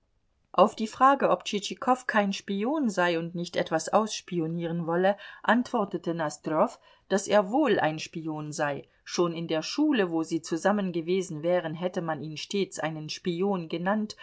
auf die frage ob tschitschikow kein spion sei und nicht etwas ausspionieren wolle antwortete nosdrjow daß er wohl ein spion sei schon in der schule wo sie zusammen gewesen wären hätte man ihn stets einen spion genannt